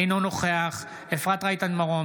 אינו נוכח אפרת רייטן מרום,